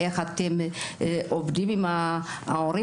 איך אתם עובדים עם ההורים?